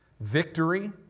victory